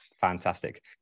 Fantastic